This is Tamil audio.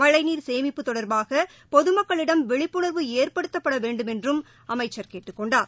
மளழ நீர் சேமிப்பு தொடர்பாக பொது மக்களிடம் விழிப்புணர்வு ஏற்படுத்தப்படவேண்டும் என்றும் அமைச்சர் கேட்டுக் கொண்டார்